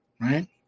right